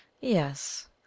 yes